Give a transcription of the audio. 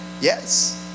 yes